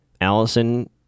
Allison